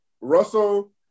Russell